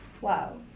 Wow